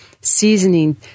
seasoning